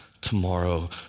Tomorrow